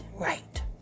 right